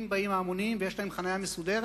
אם באים ההמונים ויש להם חנייה מסודרת,